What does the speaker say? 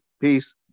Peace